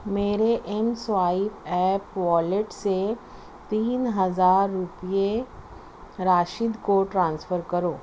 میرے mSwipe app wallet سے تین ہزار روپئے راشد کو ٹرانسفر کرو